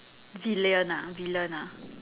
villain ah villain ah